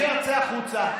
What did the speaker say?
אשר, צא החוצה.